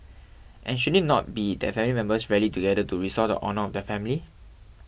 and should it not be that family members rally together to restore the honour of the family